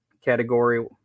category